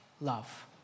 love